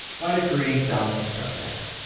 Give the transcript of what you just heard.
why do koreans dominate starcraft?